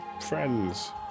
friends